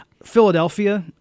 Philadelphia